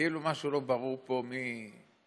כאילו משהו לא ברור פה, מי השולח.